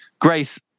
Grace